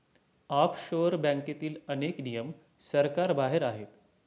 offshore बँकेतील अनेक नियम सरकारबाहेर आहेत